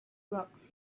rocks